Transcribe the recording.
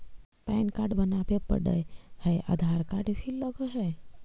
Pan card बनावे पडय है आधार कार्ड भी लगहै?